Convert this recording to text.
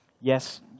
Yes